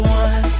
one